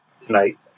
tonight